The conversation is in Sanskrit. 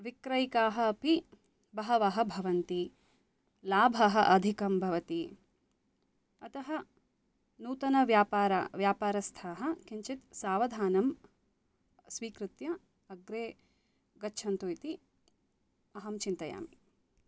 विक्रयिकाः अपि बहवः भवन्ति लाभः अधिकं भवति अतः नूतनव्यापार व्यापारस्थाः किञ्चित् सावधानं स्वीकृत्य अग्रे गच्छन्तु इति अहं चिन्तयामि